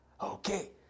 Okay